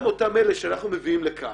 גם אותם אלה שאנחנו מביאים לכאן,